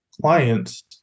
clients